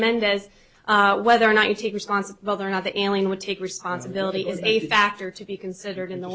mendez whether or not you take responsibility or not the alien would take responsibility is a factor to be considered in the